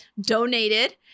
donated